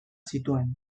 zituen